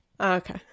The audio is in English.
Okay